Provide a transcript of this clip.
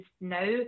now